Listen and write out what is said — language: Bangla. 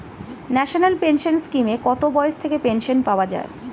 ন্যাশনাল পেনশন স্কিমে কত বয়স থেকে পেনশন পাওয়া যায়?